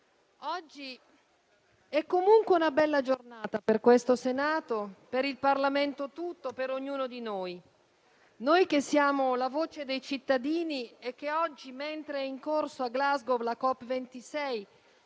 oggi è comunque una bella giornata per il Senato, per il Parlamento tutto e per ognuno di noi, noi che siamo la voce dei cittadini e che oggi, mentre è in corso a Glasgow la COP26